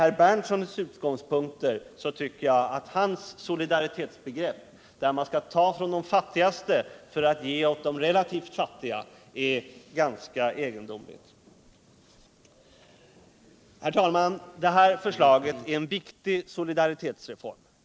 Att man skall ta från de fattigaste för att ge åt de relativt fattiga tycker jag är ganska egendomligt, i synnerhet med tanke på den utgångspunkt som herr Berndtson bör ha när det gäller solidariteten. Herr talman! Detta är en viktig solidaritetsreform.